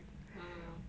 ah